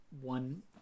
one